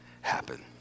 happen